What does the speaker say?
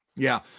yeah,